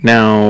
Now